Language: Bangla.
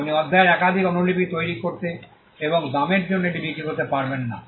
আপনি অধ্যায়ের একাধিক অনুলিপি তৈরি করতে এবং দামের জন্য এটি বিক্রি করতে পারবেন না